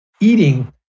eating